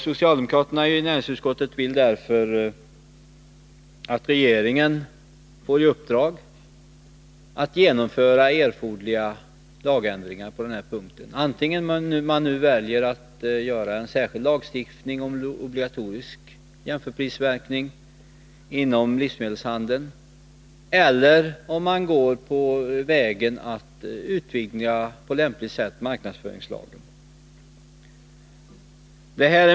Socialdemokraterna i näringsutskottet vill att riksdagen skall ge regeringen i uppdrag att på den här punkten genomföra erforderliga lagändringar — antingen genom att utarbeta en särskild lagstiftning om obligatorisk jämförprismärkning inom livsmedelshandeln eller genom att på lämpligt sätt utvidga marknadsföringslagen.